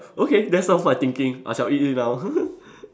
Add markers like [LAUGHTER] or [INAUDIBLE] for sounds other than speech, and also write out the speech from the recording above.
okay that's all my thinking I shall eat it now [LAUGHS]